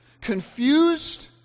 confused